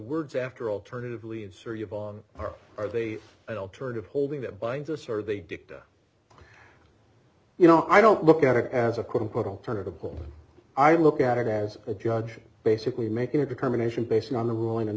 words after alternatively of syria are are they i'll turn of holding that binds us or they dictate you know i don't look at it as a quote unquote alternative home i look at it as a judge basically making a determination based on the ruling and